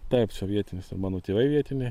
taip čia vietinis ir mano tėvai vietiniai